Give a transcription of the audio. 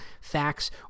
facts